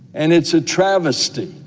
and it's a travesty